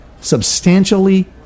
substantially